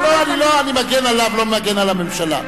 לא, אני מגן עליו, לא מגן על הממשלה.